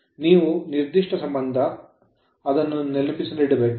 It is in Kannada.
ಇವು ನಿರ್ದಿಷ್ಟ ಸಂಬಂಧ ನಾವು ಅದನ್ನು ನೆನಪಿನಲ್ಲಿಡಬೇಕು